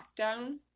lockdown